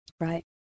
Right